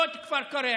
לא את כפר קרע,